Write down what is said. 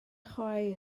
chwaer